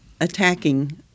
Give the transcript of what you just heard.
attacking